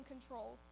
control